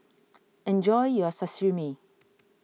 enjoy your Sashimi